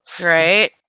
Right